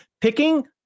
picking